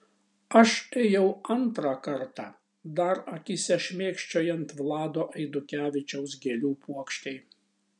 aš ėjau antrą kartą dar akyse šmėkščiojant vlado eidukevičiaus gėlių puokštei